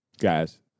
guys